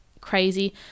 crazy